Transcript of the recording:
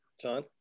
john